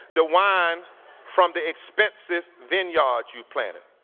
the wine from the expensive vineyards you've planted.